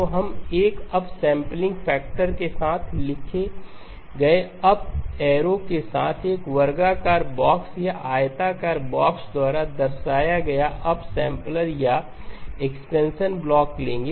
तो हम एक अपसैंपलिंगफैक्टर के साथ लिखे गए अप ऐरो के साथ एक वर्गाकार बॉक्स या आयताकार बॉक्स द्वारा दर्शाया गया अपसैंपलेर या एक्सपेंशनब्लॉक लेंगे